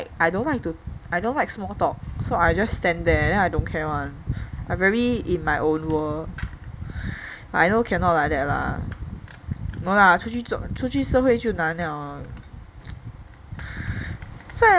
then like I don't like to I don't like to small talk so I just stand there then I don't care [one] I very in my own world I know cannot like that lah no lah 出去出去社会就难了啊